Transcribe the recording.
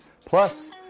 Plus